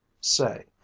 say